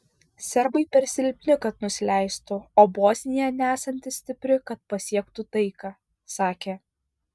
serbai per silpni kad nusileistų o bosnija nesanti stipri kad pasiektų taiką sakė